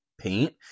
paint